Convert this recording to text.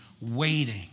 waiting